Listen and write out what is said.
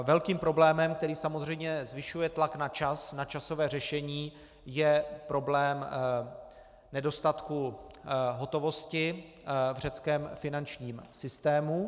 Velkým problémem, který samozřejmě zvyšuje tlak na čas, na časové řešení, je problém nedostatku hotovosti v řeckém finančním systému.